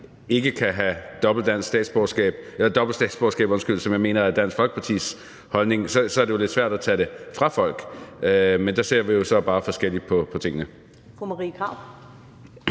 ikke kan have dobbelt statsborgerskab, som jeg mener er Dansk Folkepartis holdning, så er det jo lidt svært at tage det fra folk. Men der ser vi jo bare forskelligt på tingene.